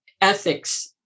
ethics